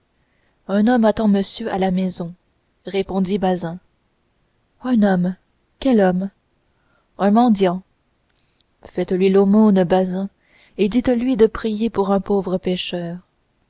un homme attend monsieur à la maison répondit bazin un homme quel homme un mendiant faites-lui l'aumône bazin et dites-lui de prier pour un pauvre